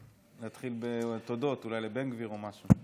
להתחיל בתודות אולי לבן גביר או משהו.